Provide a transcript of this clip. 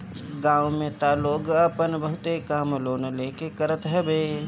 गांव में तअ लोग आपन बहुते काम लोन लेके करत हवे